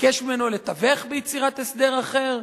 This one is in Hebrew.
וביקש ממנו לתווך ביצירת הסדר אחר.